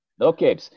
Okay